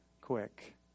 quick